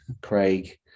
Craig